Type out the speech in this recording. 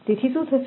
તેથી શું થશે